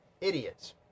idiots